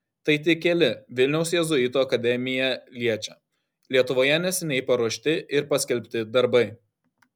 tai tik keli vilniaus jėzuitų akademiją liečią lietuvoje neseniai paruošti ir paskelbti darbai